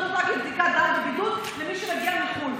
בדיקת דם ובידוד למי שמגיע מחו"ל,